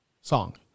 song